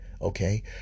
okay